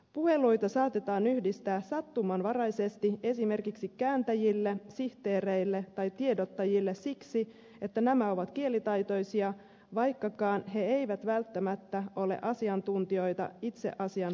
puheluita saatetaan yhdistää sattumanvaraisesti esimerkiksi kääntäjille sihteereille tai tiedottajille siksi että nämä ovat kielitaitoisia vaikkakaan he eivät välttämättä ole asiantuntijoita itse asian suhteen